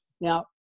Now